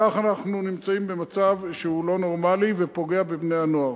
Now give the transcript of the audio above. וכך אנחנו נמצאים במצב שהוא לא נורמלי ופוגע בבני-הנוער.